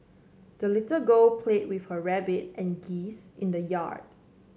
the little girl play with her rabbit and geese in the yard